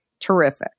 terrific